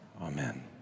Amen